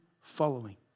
following